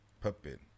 Puppet